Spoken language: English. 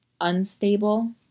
unstable